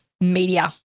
media